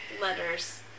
letters